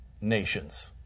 nations